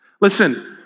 Listen